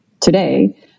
today